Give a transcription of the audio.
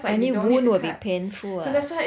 any wound would be painful [what]